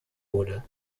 wurde